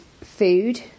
food